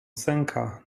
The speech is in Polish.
sęka